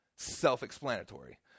Self-explanatory